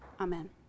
Amen